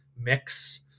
mix